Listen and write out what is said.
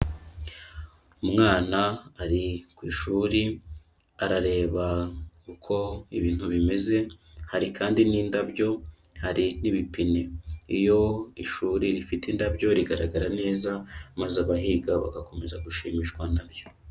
Umwana ari ku ishuri arareba uko ibintu bimeze hari kandi n'indabyo hari n'ibipine, iyo ishuri rifite indabyo rigaragara neza, maze abahiga bagakomeza gushimishwa nabyo.